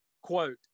Quote